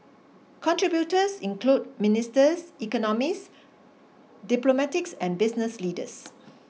contributors include ministers economists diplomatics and business leaders